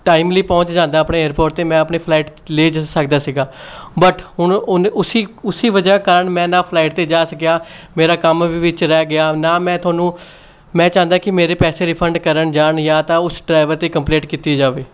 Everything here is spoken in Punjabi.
ਟਾਈਮਲੀ ਪਹੁੰਚ ਜਾਂਦਾ ਆਪਣੇ ਏਅਰਪੋਰਟ 'ਤੇ ਮੈਂ ਆਪਣੀ ਫਲਾਈਟ ਲੈ ਜਾ ਸਕਦਾ ਸੀਗਾ ਬਟ ਹੁਣ ਉਨ ਉਸੀ ਉਸੀ ਵਜ੍ਹਾ ਕਾਰਨ ਮੈਂ ਨਾ ਫਲਾਈਟ 'ਤੇ ਜਾ ਸਕਿਆ ਮੇਰਾ ਕੰਮ ਵਿੱਚ ਰਹਿ ਗਿਆ ਨਾ ਮੈਂ ਤੁਹਾਨੂੰ ਮੈਂ ਚਾਹੁੰਦਾ ਕਿ ਮੇਰੇ ਪੈਸੇ ਰਿਫੰਡ ਕਰਨ ਜਾਣ ਜਾਂ ਤਾਂ ਉਸ ਟਰੈਵਰ 'ਤੇ ਕੰਪਲੇਂਟ ਕੀਤੀ ਜਾਵੇ